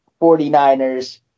49ers